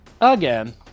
again